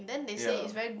ya